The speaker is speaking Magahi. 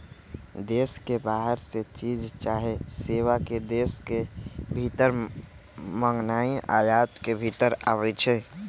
देश के बाहर से चीज चाहे सेवा के देश के भीतर मागनाइ आयात के भितर आबै छइ